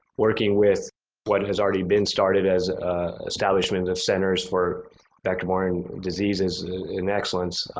working with what has already been started as establishment of centers for vector-borne diseases in excellence,